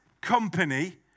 company